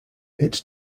its